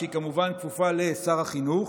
שכמובן כפופה לשר החינוך,